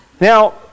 Now